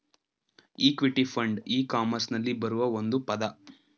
equity fund e ಕಾಮರ್ಸ್ನಲ್ಲಿ ಬರುವ ಒಂದು ಪದ